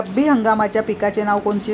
रब्बी हंगामाच्या पिकाचे नावं कोनचे?